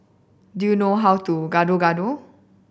do you know how to Gado Gado